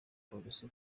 polisi